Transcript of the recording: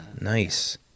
nice